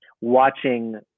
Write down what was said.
watching